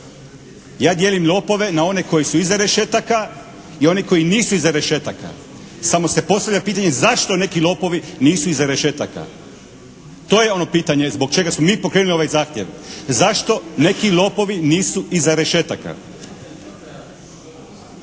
Ja dijelim lopove na one koji su iza rešetaka i oni koji nisu iza rešetaka. Samo se postavlja pitanje zašto neki lopovi nisu iza rešetaka? To je ono pitanje zbog čega smo mi pokrenuli ovaj zahtjev. Zašto neki lopovi nisu iza rešetaka?